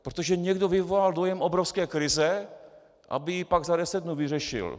Protože někdo vyvolal dojem obrovské krize, aby ji pak za deset dnů vyřešil.